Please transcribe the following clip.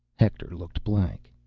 hector looked blank.